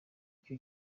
icyo